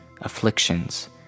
afflictions